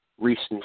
recent